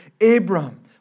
Abram